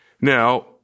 Now